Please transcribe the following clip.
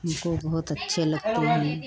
हमको बहुत अच्छे लगते हैं